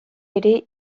ere